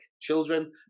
children